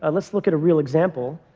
ah let's look at a real example.